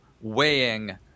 weighing